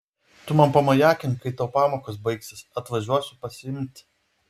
tu man pamajakink kai tau pamokos baigsis atvažiuosiu pasiimt